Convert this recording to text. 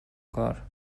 کار